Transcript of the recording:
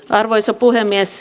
arvoisa puhemies